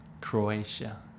Croatia